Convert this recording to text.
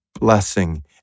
blessing